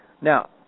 Now